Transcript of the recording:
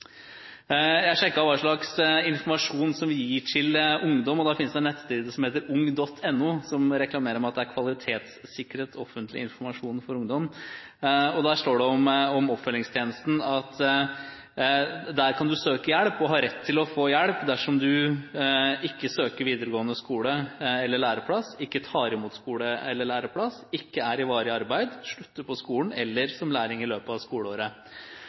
Jeg sjekket hva slags informasjon vi gir til ungdom. Det finnes en nettside som heter ung.no, som reklamerer med at det er kvalitetssikret offentlig informasjon for ungdom. Det står om oppfølgingstjenesten at du kan søke hjelp der, at du har rett til å få hjelp dersom du ikke søker videregående skole eller læreplass, ikke tar imot skole- eller læreplass, ikke er i varig arbeid, slutter på skolen eller som lærling i løpet av skoleåret.